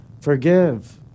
Forgive